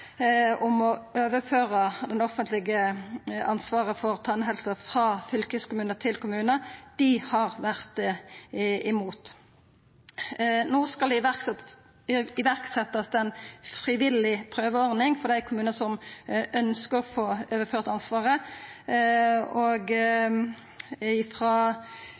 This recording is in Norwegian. om å overføra det offentlege ansvaret for tannhelse frå fylkeskommune til kommune, har vore imot. No skal det setjast i verk ei frivillig prøveordning for dei kommunane som ønskjer å få overført ansvaret, og